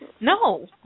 No